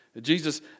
Jesus